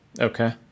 Okay